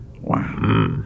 Wow